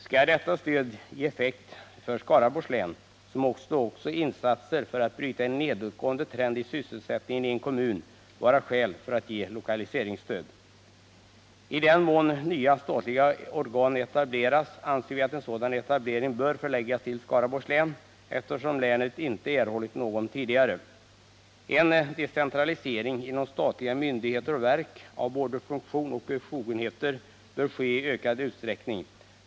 Skall detta stöd ge effekt för Skaraborgs län måste också insatser för att bryta en nedåtgående trend i sysselsättningen i en kommun vara skäl för att ge lokaliseringsstöd. Vi anser att i den mån nya statliga organ etableras bör de förläggas till Skaraborgs län, eftersom länet inte tidigare erhållit någon etablering. En decentralisering inom statliga myndigheter och verk av både funktion och befogenheter bör ske i ökad utsträckning.